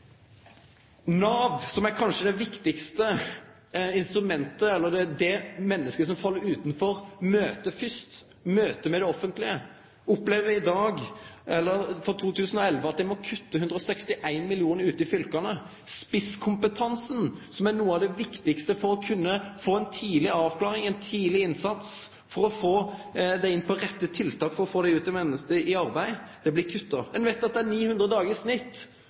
Nav – som er det eit menneske som fell utanfor, først møter i kontakt med det offentlege – opplever at dei i 2011 må kutte 161 mill. kr til fylka. Spisskompetansen – som er noko av det viktigaste for å kunne få ei tidleg avklaring, ein tidleg innsats, for å få folk inn på rett tiltak for å få dei ut i arbeid – blir kutta. Me veit at det i snitt går 900 dagar